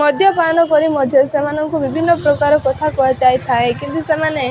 ମଦ୍ୟପାନ କରି ମଧ୍ୟ ସେମାନଙ୍କୁ ବିଭିନ୍ନ ପ୍ରକାର କଥା କୁହାଯାଇଥାଏ କିନ୍ତୁ ସେମାନେ